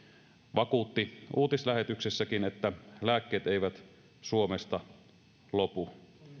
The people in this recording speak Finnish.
vakuutti uutislähetyksessäkin että lääkkeet eivät suomesta lopu